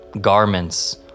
garments